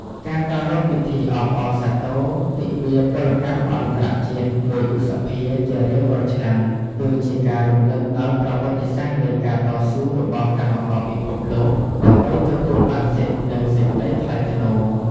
ការប្រារព្ធពិធីអបអរសាទរទិវាពលកម្មអន្តរជាតិ ១ ឧសភា ជារៀងរាល់ឆ្នាំ គឺជាការរំលឹកដល់ប្រវត្តិសាស្ត្រនៃការតស៊ូរបស់កម្មករពិភពលោក ដើម្បីទទួលបានសិទ្ធិ និងសេចក្តីថ្លៃថ្នូរ។